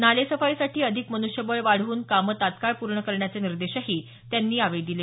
नालेसफाईसाठी अधिक मन्ष्यबळ वाढवून कामं तत्काळ पूर्ण करण्याचे निर्देश त्यांनी दिले